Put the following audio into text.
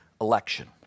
election